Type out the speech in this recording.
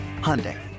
Hyundai